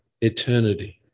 Eternity